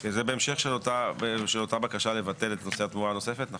זה בהמשך לאותה הבקשה לבטל את נושא התמורה הנוספת.